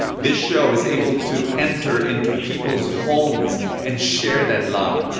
this show is able to enter into people's homes and share that love.